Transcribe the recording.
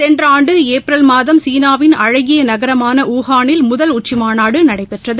சென்ற ஆண்டு ஏப்ரல் மாதம் சீனாவின் அழகிய நகரமான யூஹானில் முதல் உச்சிமாநாடு நடைபெற்றது